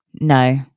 no